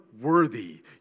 worthy